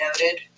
noted